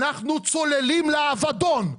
אנחנו צוללים לאבדון.